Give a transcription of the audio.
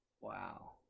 Wow